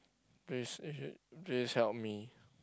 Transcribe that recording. please please help me